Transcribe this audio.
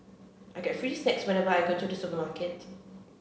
I get free snacks whenever I go to the supermarket